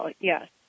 Yes